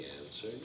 answer